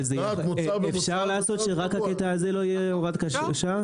התניית מוצר במוצר --- אפשר לעשות שרק הקטע הזה לא תהיה הוראת שעה?